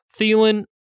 Thielen